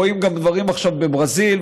רואים דברים עכשיו גם בברזיל,